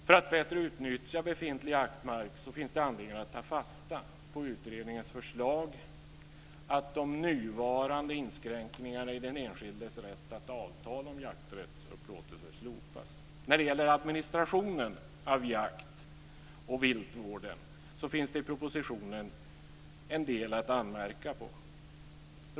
För att bättre utnyttja befintlig jaktmark finns det anledning att ta fasta på utredningens förslag att de nuvarande inskränkningarna i den enskildes rätt att avtala om jakträttsupplåtelser slopas. När det gäller administrationen av jakten och viltvården finns det i propositionen en del att anmärka på.